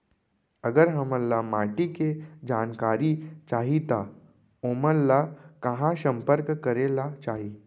अगर हमन ला माटी के जानकारी चाही तो हमन ला कहाँ संपर्क करे ला चाही?